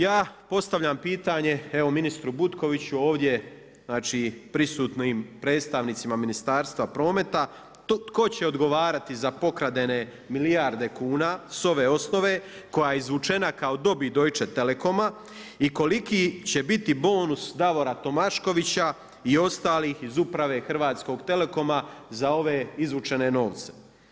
Ja postavljam pitanje evo ministru Butkoviću ovdje, znači prisutnim predstavnicima Ministarstva prometa, tko će odgovarati za pokraden milijarde kuna s ove osnove koja je izvučena kao dobit Deutsche telekoma i koliko će biti bonus Davora Tomaškovića i ostalih iz Uprave HT-a za ove izvučene novce?